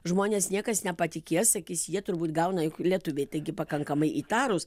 žmonės niekas nepatikės sakys jie turbūt gauna juk lietuviai taigi pakankamai įtarūs